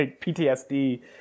PTSD